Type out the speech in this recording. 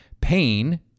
pain